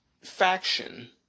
faction